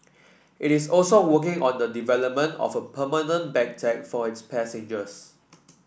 it is also working on the development of a permanent bag tag for its passengers